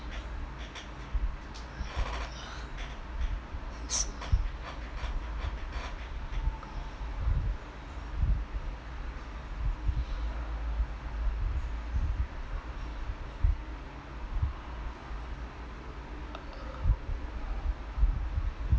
s~